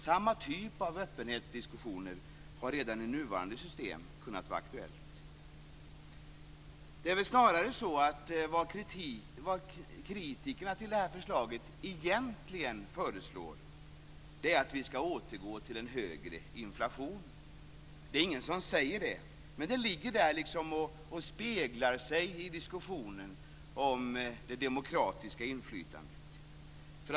Samma typ av öppenhet i diskussionerna har redan i nuvarande system kunnat vara aktuellt. Vad de som är kritiska till det här förslaget egentligen föreslår är snarare att vi skall återgå till en högre inflation. Det är ingen som säger det. Men det ligger liksom där och speglar sig i diskussionen om det demokratiska inflytandet.